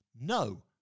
No